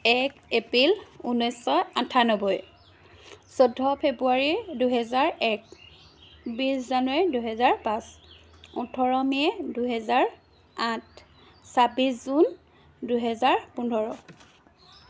এক এপ্ৰিল ঊনৈছশ আঠান্নবৈ চৈধ্য ফেব্ৰুৱাৰী দুহেজাৰ এক বিছ জানুৱাৰী দুহেজাৰ পাঁচ ওঠৰ মে' দুহেজাৰ আঠ ছাব্বিছ জুন দুহেজাৰ পোন্ধৰ